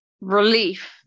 relief